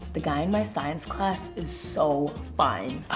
the guy in my science class is so fine!